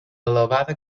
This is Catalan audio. elevada